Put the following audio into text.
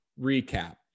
recap